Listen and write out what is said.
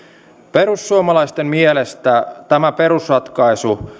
perussuomalaisten mielestä tämä perusratkaisu